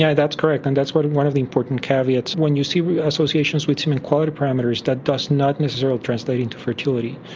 yeah that's correct, and that's one of the imported caveats. when you see associations with semen quality parameters, that does not necessarily translate into fertility.